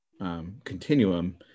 continuum